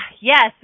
Yes